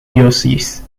diocese